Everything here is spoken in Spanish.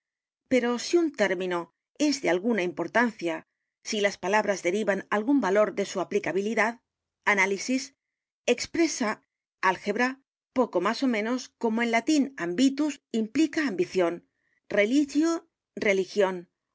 pero si un término es de alguna importancia si las palabras derivan algún valor de su aplicabilidad análisis expresa álgebra poco más ó menos como en latín ambitus implica ambición religio